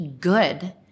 good